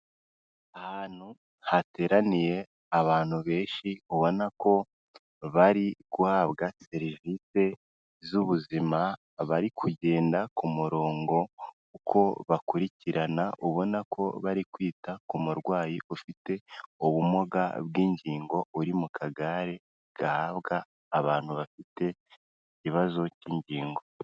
Ahantu hateraniye abantu benshi, ubona ko bari guhabwa serivisi z'ubuzima, bari kugenda ku murongo, uko bakurikirana, ubona ko bari kwita ku murwayi ufite ubumuga bw'ingingo uri mu kagare, gahabwa abantu bafite ikibazo cy'ingingo.